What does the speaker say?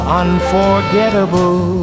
unforgettable